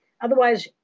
otherwise